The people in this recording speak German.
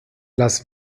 las